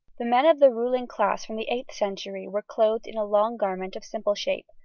the men of the ruling class from the eighth century were clothed in a long garment of simple shape,